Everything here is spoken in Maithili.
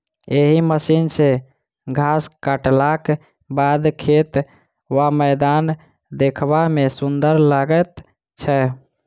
एहि मशीन सॅ घास काटलाक बाद खेत वा मैदान देखबा मे सुंदर लागैत छै